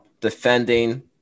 defending